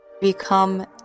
become